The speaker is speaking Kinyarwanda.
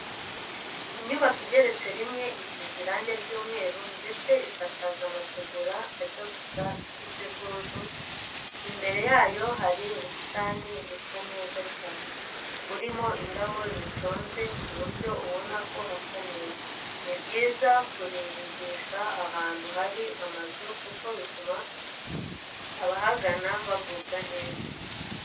Inyubako igeretse rimwe isize irange ry'umweru ndetse isakaje amategura ajya gusa n'ikijuju imbere yayo hari ubusitani busa neza cyane, burimo indabo ziconze ku buryo ubona ko hasa neza. Ni byiza kurimbisha ahantu hari amazu kuko bituma abahagana bagubwa neza.